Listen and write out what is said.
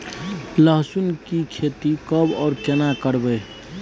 लहसुन की खेती कब आर केना करबै?